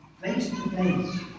face-to-face